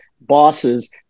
bosses